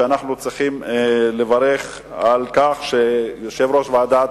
ואנחנו צריכים לברך על כך שיושב-ראש ועדת